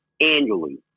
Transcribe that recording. annually